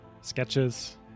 sketches